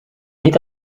niet